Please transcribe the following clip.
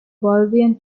bolivian